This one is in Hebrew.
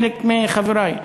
חלק מחברי,